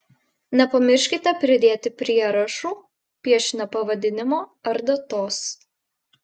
nepamirškite pridėti prierašų piešinio pavadinimo ar datos